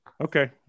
Okay